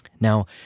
Now